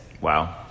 Wow